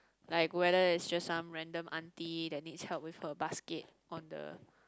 like whether it's just some random aunty that needs help with her basket on the